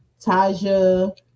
Taja